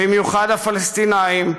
במיוחד הפלסטינים,